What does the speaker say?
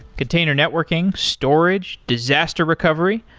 container networking, storage, disaster recovery,